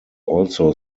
also